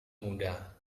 muda